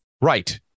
Right